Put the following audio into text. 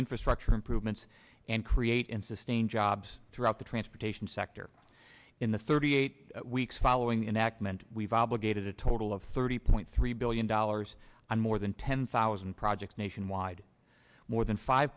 infrastructure improvements and create and sustain jobs throughout the transportation sector in the thirty eight weeks following the enactment we've obligated a total of thirty point three billion dollars on more than ten thousand projects nationwide more than five